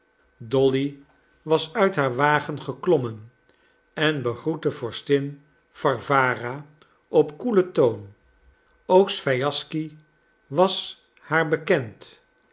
dolly was uit haar wagen geklommen en begroette vorstin warwara op koelen toon ook swijaschsky was haar bekend